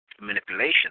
manipulation